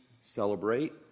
celebrate